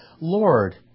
Lord